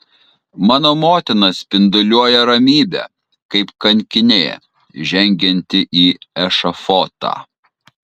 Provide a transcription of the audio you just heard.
mano motina spinduliuoja ramybe kaip kankinė žengianti į ešafotą